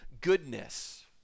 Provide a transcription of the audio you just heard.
goodness